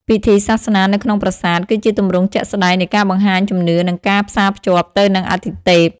ពិធីសាសនានៅក្នុងប្រាសាទ គឺជាទម្រង់ជាក់ស្ដែងនៃការបង្ហាញជំនឿ និងការផ្សារភ្ជាប់ទៅនឹងអាទិទេព។